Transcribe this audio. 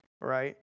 right